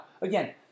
Again